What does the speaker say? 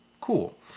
cool